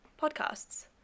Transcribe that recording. podcasts